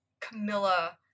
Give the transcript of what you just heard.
Camilla